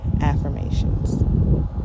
affirmations